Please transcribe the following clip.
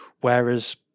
Whereas